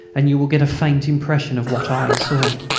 and you will get a faint impression of what i saw.